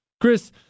Chris